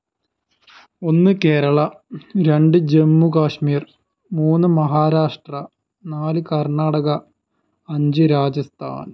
ഒന്ന് കേരള രണ്ട് ജമ്മു കാശ്മീർ മൂന്ന് മഹാരാഷ്ട്ര നാല് കർണാടക അഞ്ച് രാജസ്ഥാൻ